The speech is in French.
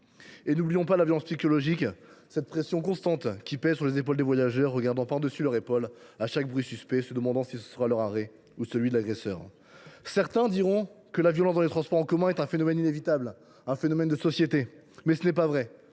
Et n’oublions pas la violence psychologique, cette pression constante qui pèse sur les voyageurs, qui regardent par dessus leur épaule à chaque bruit suspect, se demandant si ce sera leur arrêt ou celui de l’agresseur. Certains diront que la violence dans les transports en commun est un phénomène de société inévitable, mais ce n’est pas vrai.